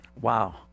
Wow